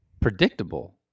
Predictable